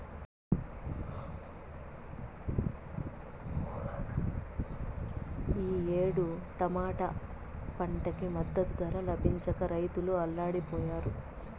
ఈ ఏడు టమాటా పంటకి మద్దతు ధర లభించక రైతులు అల్లాడిపొయ్యారు